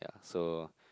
so